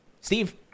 Steve